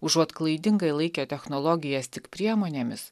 užuot klaidingai laikę technologijas tik priemonėmis